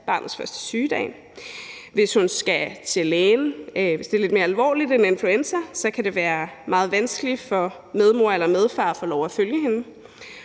barnets første sygedag. Hvis hun skal til lægen – det er lidt mere alvorligt end influenza – så kan det være meget vanskeligt for medmor eller medfar at få lov at følge hende,